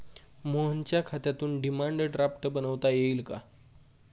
मोहनच्या खात्यातून demand draft बनवता येईल का?